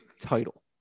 title